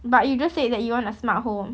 but you just said that you want a smart home